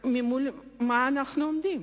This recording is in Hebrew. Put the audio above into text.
מול מה אנחנו עומדים: